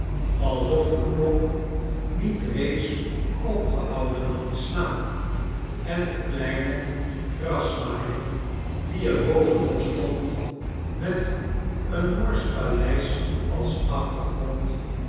alsof de klok ndet needs opgehouden had te slaan en de kleine grasniaiair dde ear bovenop stond met een noofsch palies als achtergrond